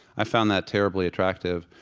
i found that terribly attractive.